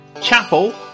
Chapel